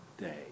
day